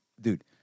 Dude